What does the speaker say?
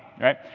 right